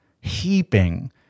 heaping